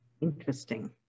Interesting